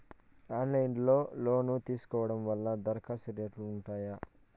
Online లో loan తీసుకోవడం వల్ల దరఖాస్తు రేట్లు ఉంటాయా?